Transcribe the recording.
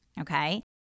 okay